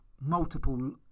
multiple